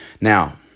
Now